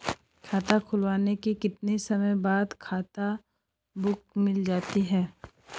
खाता खुलने के कितने समय बाद खाता बुक मिल जाती है?